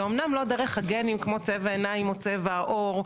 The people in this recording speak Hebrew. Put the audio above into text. זה אמנם לא דרך הגנים כמו צבע העיניים או צבע העור,